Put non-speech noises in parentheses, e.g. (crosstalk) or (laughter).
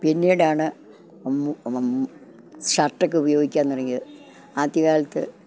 പിന്നീടാണ് (unintelligible) ഷർട്ടൊക്കെ ഉപയോഗിക്കാൻ തുടങ്ങിയത് ആദ്യകാലത്ത്